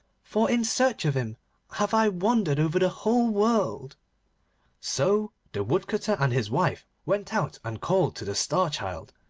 for in search of him have i wandered over the whole world so the woodcutter and his wife went out and called to the star child,